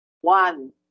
One